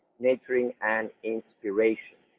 nurturing and inspiration.